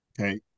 Okay